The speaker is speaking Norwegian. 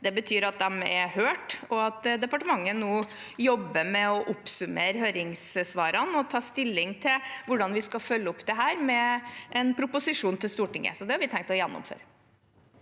Det betyr at de er hørt, og at departementet nå jobber med å oppsummere høringssvarene og ta stilling til hvordan vi skal følge opp dette med en proposisjon til Stortinget. Så det har vi tenkt å gjennomføre.